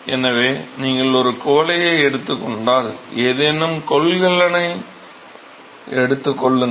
எனவே நீங்கள் ஒரு குவளையை எடுத்துக் கொண்டால் ஏதேனும் கொள்கலனை எடுத்துக் கொள்ளுங்கள்